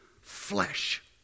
Flesh